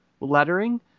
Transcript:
lettering